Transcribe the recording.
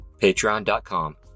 Patreon.com